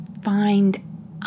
find